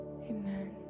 amen